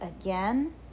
again